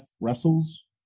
Wrestles